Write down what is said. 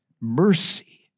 mercy